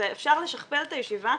אפשר לשכפל את הישיבה,